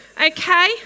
Okay